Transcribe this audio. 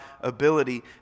ability